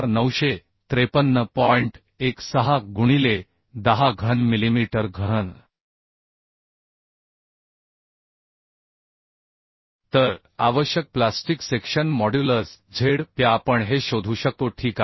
16 गुणिले 10 घन मिलीमीटर घन तर आवश्यक plastic section modulus z p आपण हे शोधू शकतो ठीक आहे